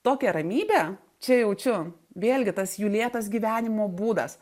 tokią ramybę čia jaučiu vėlgi tas jų lėtas gyvenimo būdas